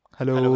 Hello